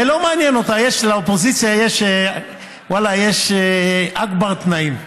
ולא מעניין אותה, לאופוזיציה יש אכבר תנאים,